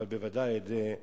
אבל בוודאי על-ידי ה"חיזבאללה".